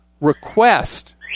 request